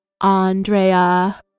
andrea